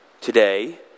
today